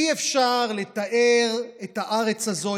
אי-אפשר לתאר את הארץ הזאת,